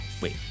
Wait